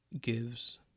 gives